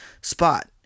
spot